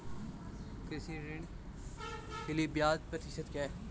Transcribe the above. कृषि ऋण के लिए ब्याज प्रतिशत क्या है?